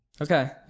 Okay